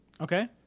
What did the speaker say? Okay